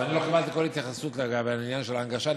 אני לא קיבלתי התייחסות לעניין של ההנגשה.